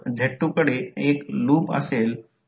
म्हणून म्हणूनच हे लिहिले आहे हे लक्षात ठेवा